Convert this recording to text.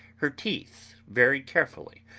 her teeth very carefully,